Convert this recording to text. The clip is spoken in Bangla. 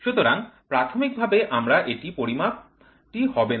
সুতরাং প্রাথমিকভাবে আমার এই পরিমাপটি হবে না